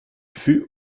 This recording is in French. fut